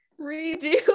Redo